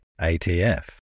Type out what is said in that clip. ATF